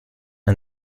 and